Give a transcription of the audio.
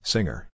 Singer